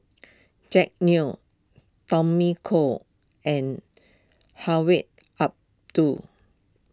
Jack Neo Tommy Koh and Hedwig